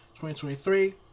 2023